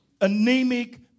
anemic